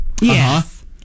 Yes